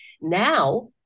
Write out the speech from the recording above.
Now